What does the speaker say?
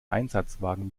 einsatzwagen